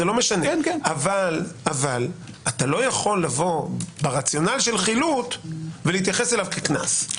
אבל אתה לא יכול לבוא ברציונל של חילוט ולהתייחס אליו כקנס.